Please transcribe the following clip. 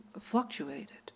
fluctuated